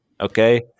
Okay